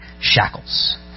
shackles